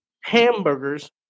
hamburgers